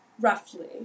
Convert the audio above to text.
Roughly